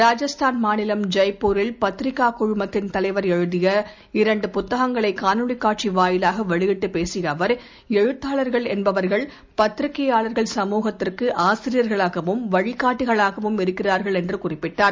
ராஜஸ்தான் மாநிலம் ஜெயப்பூரில் பத்திரிக்கா குழுமத்தின் தலைவர் எழுதிய இரண்டு புத்தகங்களை காணொலி காட்சி வாயிலாக வெளியிட்டு பேசிய அவர் எழுத்தாளர்கள் என்பவர்கள் பத்திரிகையாளர்கள் சமூகத்திற்கு ஆசிரியர்களாகவும் வழிகாட்டிகளாகவும் இருக்கிறார்கள் என்று குறிப்பிட்டார்